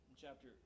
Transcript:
chapter